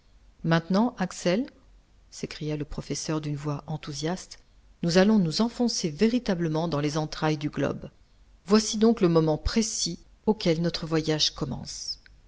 maintenant axel s'écria le professeur d'une voix enthousiaste nous allons nous enfoncer véritablement dans les entrailles du globe voici donc le moment précis auquel notre voyage commence